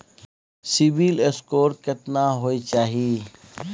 CIBIL score केतना होय चाही?